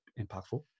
impactful